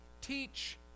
teach